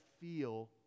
feel